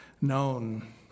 known